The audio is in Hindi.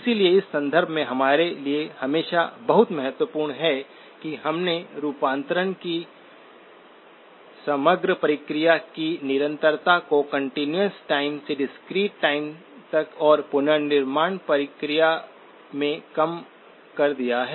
इसलिए इस संदर्भ में हमारे लिए हमेशा बहुत महत्वपूर्ण है कि हमने रूपांतरण की समग्र प्रक्रिया की निरंतरता को कंटीन्यूअस टाइम से डिस्क्रीट टाइम तक और पुनर्निर्माण प्रक्रिया में कम कर दिया है